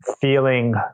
feeling